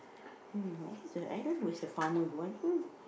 mm I think is the I don't know is the farmer